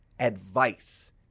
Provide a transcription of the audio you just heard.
advice